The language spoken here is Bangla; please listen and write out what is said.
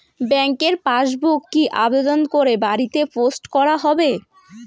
ব্যাংকের পাসবুক কি আবেদন করে বাড়িতে পোস্ট করা হবে?